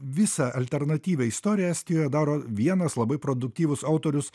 visą alternatyvią istoriją estijoje daro vienas labai produktyvus autorius